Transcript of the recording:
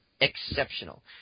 exceptional –